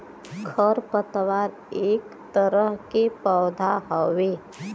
खर पतवार एक तरह के पौधा हउवे